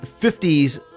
50s